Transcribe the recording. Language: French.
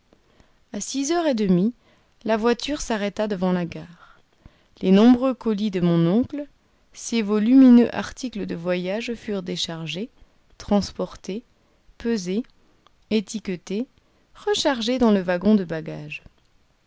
a six heures et demie la voiture s'arrêta devant la gare les nombreux colis de mon oncle ses volumineux articles de voyage furent déchargés transportés pesés étiquetés rechargés dans le wagon de bagages